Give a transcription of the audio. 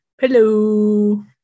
hello